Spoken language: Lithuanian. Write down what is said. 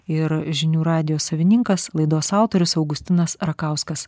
ir žinių radijo savininkas laidos autorius augustinas rakauskas